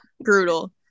brutal